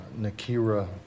Nakira